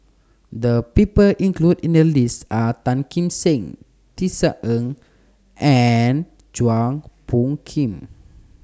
The People included in The list Are Tan Kim Seng Tisa Ng and Chua Phung Kim